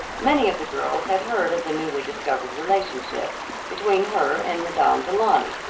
many of the girls had heard of the newly discovered relationship between her and madame du launy,